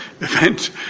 event